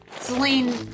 Celine